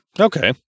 okay